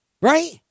Right